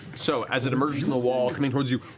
so as it emerges from the wall, coming toward you.